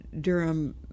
durham